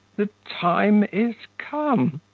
the time is come.